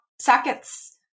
sockets